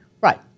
Right